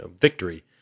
victory